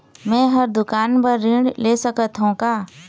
मैं हर दुकान बर ऋण ले सकथों का?